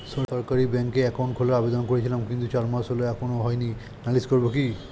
সরকারি ব্যাংকে একাউন্ট খোলার আবেদন করেছিলাম কিন্তু চার মাস হল এখনো হয়নি নালিশ করব কি?